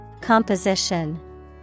Composition